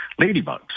ladybugs